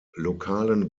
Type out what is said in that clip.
lokalen